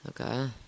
Okay